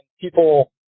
people